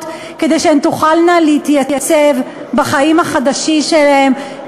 כדי שהן תוכלנה להתייצב בחיים החדשים שלהן,